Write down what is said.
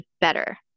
better